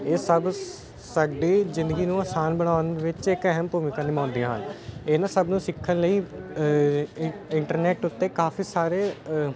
ਇਹ ਸਬ ਸਾਡੀ ਜ਼ਿੰਦਗੀ ਨੂੰ ਆਸਾਨ ਬਣਾਉਣ ਵਿੱਚ ਇੱਕ ਅਹਿਮ ਭੂਮਿਕਾ ਨਿਭਾਉਂਦੀਆਂ ਹਨ ਇਹਨਾਂ ਸਭ ਨੂੰ ਸਿੱਖਣ ਲਈ ਇੰਟਰਨੈਟ ਉੱਤੇ ਕਾਫੀ ਸਾਰੇ